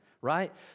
right